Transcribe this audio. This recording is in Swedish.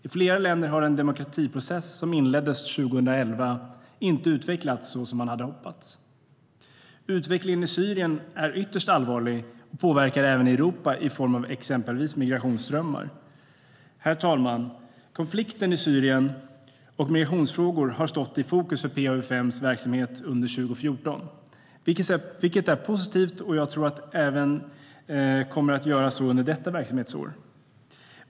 I flera länder har den demokratiseringsprocess som inleddes 2011 inte utvecklats så som man hade hoppats. Utvecklingen i Syrien är ytterst allvarlig och påverkar även Europa i form av exempelvis migrationsströmmar. Herr talman! Konflikten i Syrien och migrationsfrågorna har stått i fokus för PA-UfM:s verksamhet under 2014. Det är positivt, och jag tror att det kommer att vara så även under detta verksamhetsår.